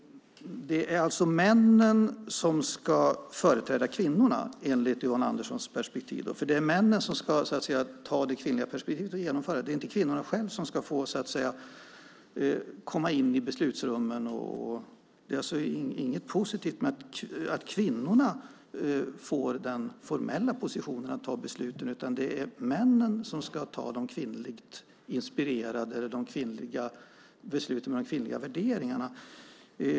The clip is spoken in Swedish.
Det är alltså männen som ska företräda kvinnorna, enligt Yvonne Anderssons perspektiv. Det är männen som ska ha det kvinnliga perspektivet och genomföra det. Det är inte kvinnorna själva som ska få komma in i beslutsrummen. Det är tydligen inget positivt med att kvinnorna får den formella positionen att fatta besluten, utan det är visst männen som ska fatta de kvinnligt inspirerade besluten och ha de kvinnliga värderingarna.